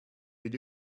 did